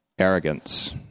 Arrogance